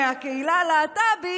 מהקהילה הלהט"בית,